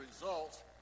results